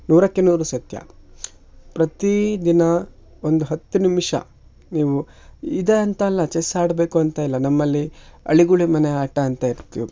ನೂರಕ್ಕೆ ನೂರು ಸತ್ಯ ಪ್ರತಿದಿನ ಒಂದು ಹತ್ತು ನಿಮಿಷ ನೀವು ಇದೇ ಅಂತಲ್ಲ ಚೆಸ್ ಆಡಬೇಕು ಅಂತ ಇಲ್ಲ ನಮ್ಮಲ್ಲಿ ಅಳಿಗುಳಿ ಮನೆ ಆಟ ಅಂತ ಇತ್ತು